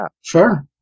sure